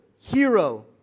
Hero